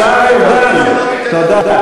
השר ארדן, תודה.